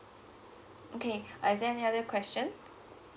okay uh is there any other question